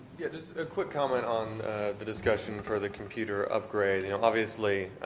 yeah, just a quick comment on the discussion for the computer upgrade. you know, obviously,